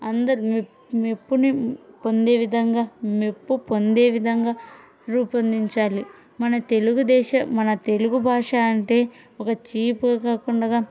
అందరూ మెప్పుని పొందే విధంగా మెప్పు పొందే విధంగా రూపొందించాలి మన తెలుగు దేశ మన తెలుగు భాష అంటే ఒక చీపు కాకుండ